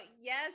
yes